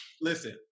listen